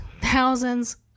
thousands